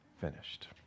finished